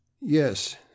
yes